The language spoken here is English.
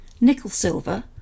nickel-silver